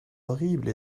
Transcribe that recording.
horrible